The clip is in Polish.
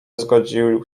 zgodził